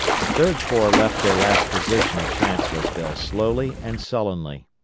the third corps left their last position at chancellorsville slowly and sullenly.